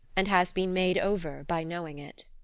and has been made over by knowing it.